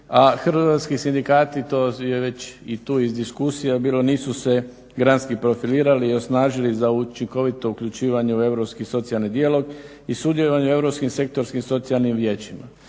hrvatski sindikati to je već i tu niz diskusija bilo nisu se granski profilirali i osnažili za učinkovito uključivanje u europski socijalni dijalog i sudjelovanje u europskim sektorskim socijalnim vijećima.